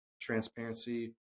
transparency